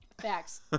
Facts